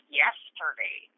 yesterday